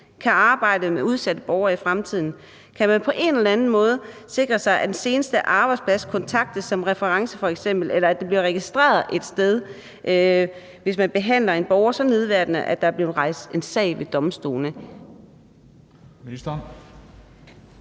kan arbejde med udsatte borgere i fremtiden? Kan man på en eller anden måde sikre sig, at den seneste arbejdsplads kontaktes f.eks. som reference, eller at det bliver registreret et sted, hvis nogen behandler en borger så nedværdigende, at der er blevet rejst en sag ved domstolene?